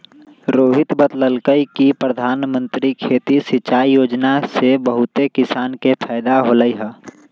रोहित बतलकई कि परधानमंत्री खेती सिंचाई योजना से बहुते किसान के फायदा होलई ह